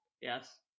Yes